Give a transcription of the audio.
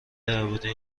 درباره